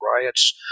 riots